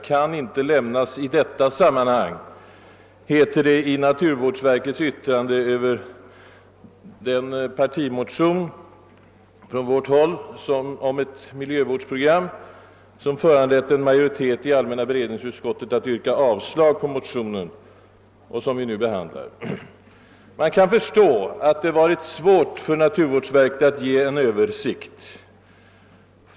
kan inte lämnas i detta sammanhang>, heter det i naturvårdsverkets yttrande över den partimotion från vårt håll om ett miljövårdsprogram som vi nu behandlar och som har avstyrkts av en majoritet i allmänna beredningsutskottet. Man kan förstå att det varit svårt för naturvårdsverket att ge någon översikt.